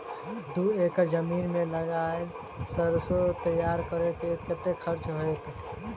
दू एकड़ जमीन मे लागल सैरसो तैयार करै मे कतेक खर्च हेतै?